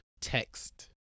text